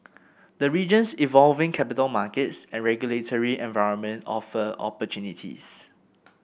the region's evolving capital markets and regulatory environment offer opportunities